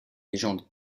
légendes